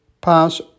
pass